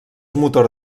motor